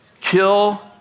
Kill